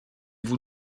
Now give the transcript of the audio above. vous